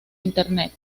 internet